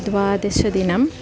द्वादश दिनम्